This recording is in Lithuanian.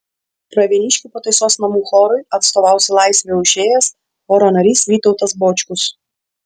pravieniškių pataisos namų chorui atstovaus į laisvę jau išėjęs choro narys vytautas bočkus